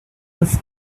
this